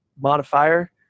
modifier